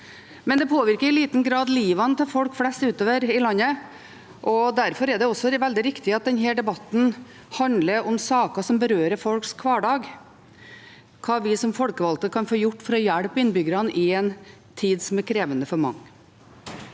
men det påvirker i liten grad livet til folk flest utover i landet. Derfor er det også veldig viktig at denne debatten handler om saker som berører folks hverdag, og om hva vi som folkevalgte kan få gjort for å hjelpe innbyggerne i en tid som er krevende for mange.